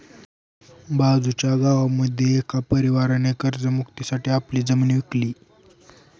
बाजूच्या गावामध्ये एका परिवाराने कर्ज मुक्ती साठी आपली जमीन विकली